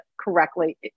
correctly